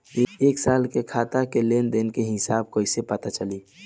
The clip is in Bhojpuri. एक साल के खाता के लेन देन के हिसाब कइसे पता चली?